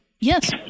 Yes